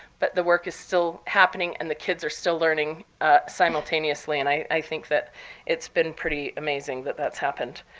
but the work is still happening, and the kids are still learning simultaneously. and i think that it's been pretty amazing that that's happened.